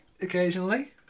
occasionally